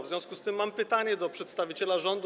W związku z tym mam pytanie do przedstawiciela rządu.